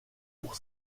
pour